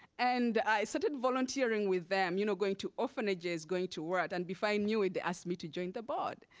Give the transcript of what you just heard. and i started volunteering with them, you know going going to orphanages, going to work, and before i knew it, they asked me to join the board.